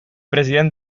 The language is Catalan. president